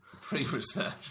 pre-research